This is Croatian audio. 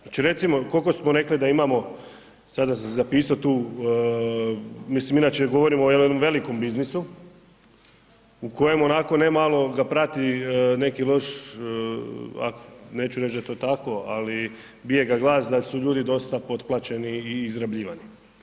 Ona će recimo, koliko smo rekli da imamo sada sam zapiso tu, mislim inače govorimo o jednom velikom biznisu, u kojemu onako ne malo ga prati neki loš a neću reći, da je to tako, ali bijega glas, da su ljudi dosta potplaćeni i izrabljivani.